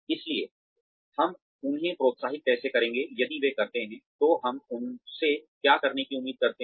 इसलिए हम उन्हें प्रोत्साहित कैसे करेंगे यदि वे करते हैं तो हम उनसे क्या करने की उम्मीद करते हैं